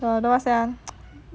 the what's that ah